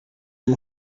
mon